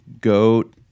goat